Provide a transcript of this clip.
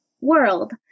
world